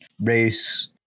race